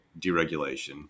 deregulation